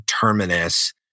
Terminus